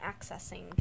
accessing